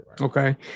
okay